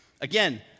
again